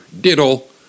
diddle